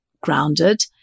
grounded